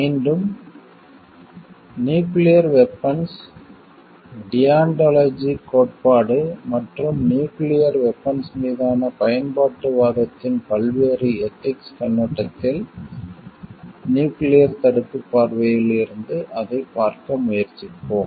மீண்டும் nuclear weapons deontology கோட்பாடு மற்றும் நியூக்கிளியர் வெபன்ஸ் மீதான பயன்பாட்டுவாதத்தின் பல்வேறு எதிக்ஸ் கண்ணோட்டத்தில் நியூக்கிளியர் தடுப்பு பார்வையில் இருந்து அதைப் பார்க்க முயற்சிப்போம்